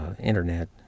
Internet